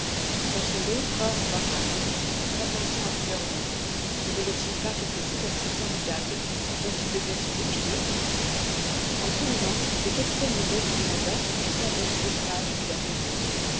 dans ce long corps noirâtre s'avançant à fleur d'eau ne voyaient-ils pas quelque cétacé formidable dont ils devaient se défier en ce moment le capitaine nemo me demanda ce que je savais du naufrage de